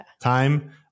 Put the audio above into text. time